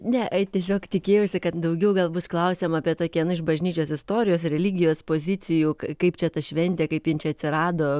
ne tiesiog tikėjausi kad daugiau gal bus klausiama apie tokią nu iš bažnyčios istorijos religijos pozicijų kaip čia ta šventė kaip jin čia atsirado